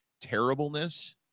terribleness